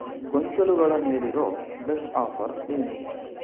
ಗೊಂಚಲುಗಳ ಮೇಲಿರೋ best offer ಏನು